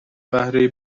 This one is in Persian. بهره